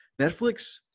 Netflix